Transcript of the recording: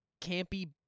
campy